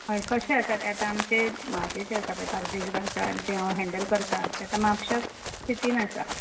हय कशे ते आसा ते आमचे म्हजे जे आसा ते बार्देश बाजार जे हांव हँडल करता ते आतां म्हापशां सिटीन आसा